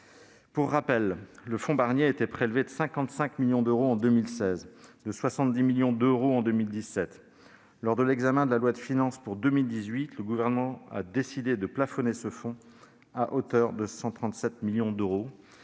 Pour rappel, le fonds Barnier a été prélevé de 55 millions d'euros en 2016 et de 70 millions d'euros en 2017. Lors de l'examen de la loi de finances pour 2018, le Gouvernement a décidé de plafonner ce fonds à hauteur de 137 millions d'euros,